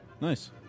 nice